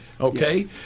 Okay